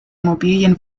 immobilien